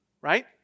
right